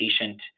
patient